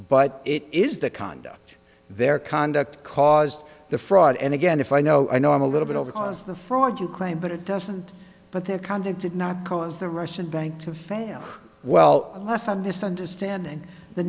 but it is the conduct their conduct caused the fraud and again if i know i know i'm a little bit over on the fraud you claim but it doesn't but their conduct did not cause the russian bank to fail well that's a misunderstanding the